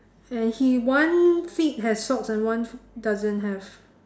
and he one feet have socks and one doesn't have